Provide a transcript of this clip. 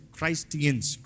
Christians